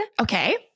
Okay